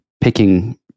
picking